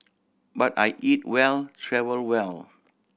but I eat well travel well